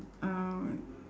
uh